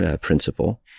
principle